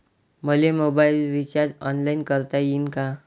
मले मोबाईलच recharge online करता येईन का?